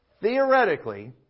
theoretically